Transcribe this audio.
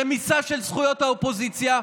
רמיסה של זכויות האופוזיציה.